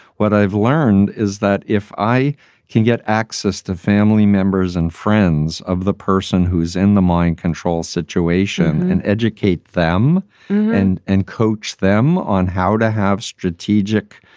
what i've learned is that if i can get access to family members and friends of the person who is in the mind control situation and educate them and and coach them on how to have strategic,